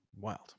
Wild